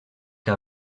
que